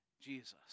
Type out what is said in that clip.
Jesus